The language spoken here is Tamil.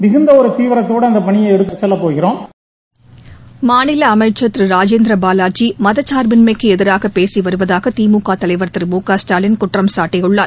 மிகுந்த தீவிரத்தை அந்த பணியை எடுத்துச் செல்லப்போகிறோம் மாநில அமைச்சர் திரு ராஜேந்திர பாலாஜி மதச்சார்பின்மைக்கு எதிராக பேசி வருவதாக திமுக தலைவர் திரு மு க ஸ்டாலின் குற்றம் சாட்டியுள்ளார்